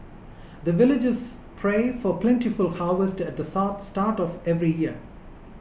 the villagers pray for plentiful harvest at the start of every year